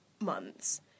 months